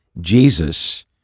Jesus